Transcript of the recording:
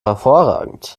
hervorragend